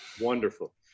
Wonderful